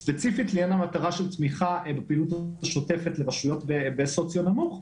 ספציפית לעניין המטרה של תמיכה בפעילות שוטפת ברשויות בסוציו נמוך,